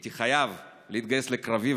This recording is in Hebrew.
הייתי חייב להתגייס לקרבי,